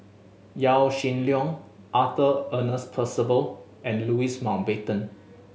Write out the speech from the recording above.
Yaw Shin Leong Arthur Ernest Percival and Louis Mountbatten